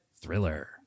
Thriller